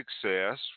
success